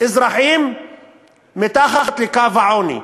אזרחים מתחת לקו העוני,